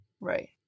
right